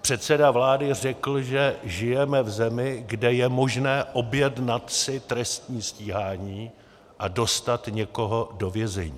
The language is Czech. Předseda vlády řekl, že žijeme v zemi, kde je možné objednat si trestní stíhání a dostat někoho do vězení.